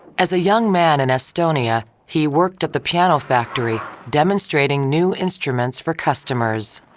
as a young man in estonia, he worked at the piano factory demonstrating new instruments for customers.